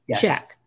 check